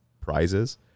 prizes